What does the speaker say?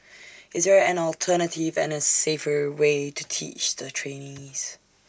is there an alternative and A safer way to teach the trainees